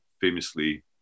famously